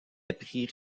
apprit